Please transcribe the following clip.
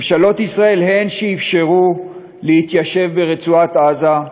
ממשלות ישראל הן שאפשרו להתיישב ברצועת-עזה,